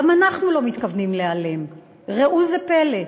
גם אנחנו לא מתכוונים להיעלם, ראו זה פלא.